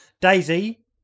Daisy